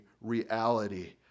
reality